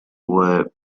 would